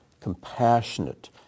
compassionate